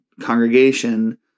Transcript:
congregation